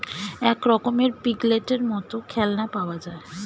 এক রকমের পিগলেটের মত খেলনা পাওয়া যায়